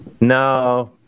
No